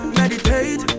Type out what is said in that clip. meditate